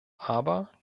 aber